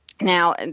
Now